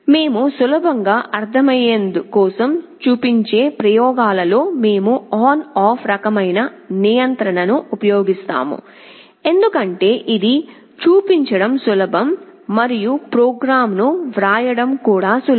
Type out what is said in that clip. మేము సులభంగా అర్ధమయ్యేందు కోసం చూపించే ప్రయోగాలలో మేము ఆన్ ఆఫ్ రకమైన నియంత్రణ ను ఉపయోగిస్తాము ఎందుకంటే ఇది చూపించడం సులభం మరియు ప్రోగ్రామ్ ను వ్రాయడం కూడా సులభం